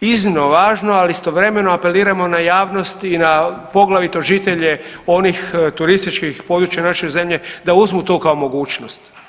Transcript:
iznimno važno ali istovremeno apeliramo na javnost i na, poglavito žitelje onih turističkih područja naše zemlje da uzmu to kao mogućnost.